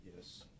Yes